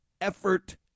effort